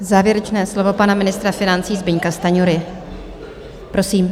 Závěrečné slovo pana ministra financí Zbyňka Stanjury, prosím.